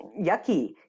yucky